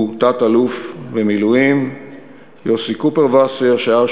הוא תת-אלוף במילואים יוסי קופרווסר, שהיה ראש